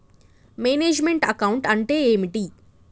Manage meant account అంటే ఏమిటి?